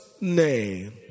name